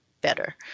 better